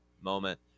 moment